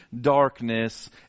darkness